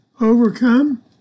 overcome